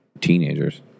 teenagers